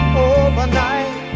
overnight